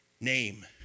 name